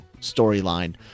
storyline